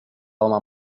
oma